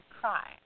cry